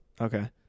Okay